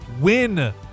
win